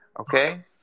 Okay